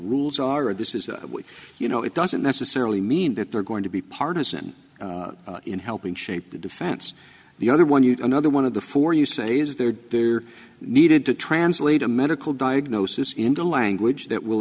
rules are and this is why you know it doesn't necessarily mean that they're going to be partisan in helping shape the defense the other one you another one of the four you say is there they're needed to translate a nicol diagnosis into language that will